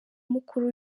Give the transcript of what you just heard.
mukuru